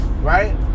right